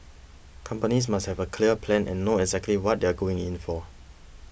companies must have a clear plan and know exactly what they are going in for